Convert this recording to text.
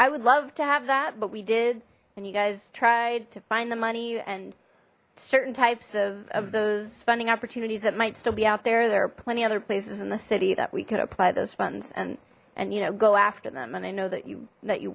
i would love to have that but we did and you guys tried to find the money and certain types of those funding opportunities that might still be out there there are plenty other places in the city that we could apply those funds and and you know go after them and i know that you that you